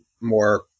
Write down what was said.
more